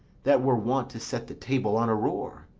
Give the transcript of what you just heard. that were wont to set the table on a roar?